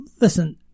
listen